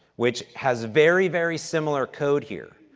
which has very, very similar code here.